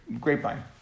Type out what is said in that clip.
grapevine